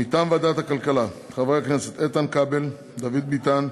מטעם ועדת הכלכלה, חברי הכנסת איתן כבל, דוד ביטן,